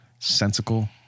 sensical